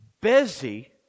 busy